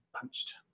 punched